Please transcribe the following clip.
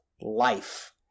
life